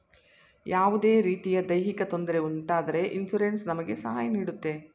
ಯಾವುದೇ ರೀತಿಯ ದೈಹಿಕ ತೊಂದರೆ ಉಂಟಾದರೆ ಇನ್ಸೂರೆನ್ಸ್ ನಮಗೆ ಸಹಾಯ ನೀಡುತ್ತೆ